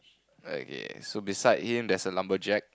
okay so beside him there's a lumberjack